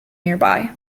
nearby